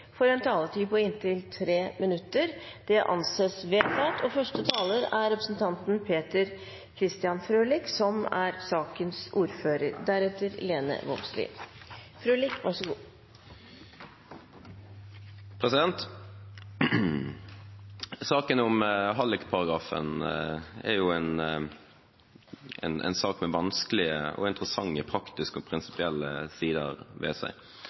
får en taletid på inntil 3 minutter. – Det anses vedtatt. Saken om hallikparagrafen er en sak med vanskelige og interessante praktiske og prinsipielle sider ved seg.